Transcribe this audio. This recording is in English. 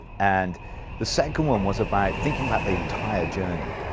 and the second one was about thinking about the entire journey.